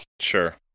sure